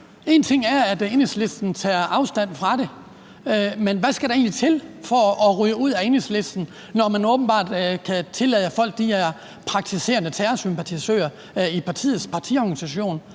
En ting er, at Enhedslisten tager afstand fra det, men hvad skal der egentlig til for at ryge ud af Enhedslisten, når man åbenbart kan tillade, at folk er praktiserende terrorsympatisører i partiets partiorganisation?